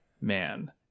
man